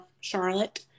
Charlotte